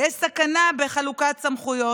ויש סכנה בחלוקת סמכויות.